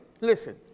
Listen